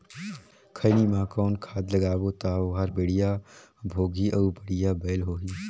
खैनी मा कौन खाद लगाबो ता ओहार बेडिया भोगही अउ बढ़िया बैल होही?